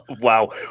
Wow